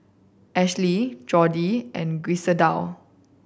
Ashli Jordi and Griselda